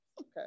Okay